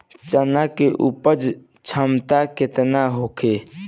चना के उपज क्षमता केतना होखे?